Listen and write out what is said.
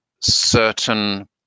certain